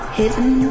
hidden